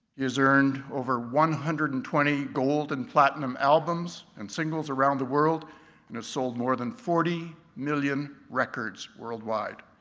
he has earned over one hundred and twenty gold and platinum albums and singles around the world and has sold more than forty million records worldwide.